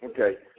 Okay